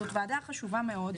זו ועדה חשובה מאוד בכנסת,